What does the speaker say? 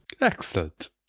Excellent